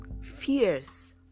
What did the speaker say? fierce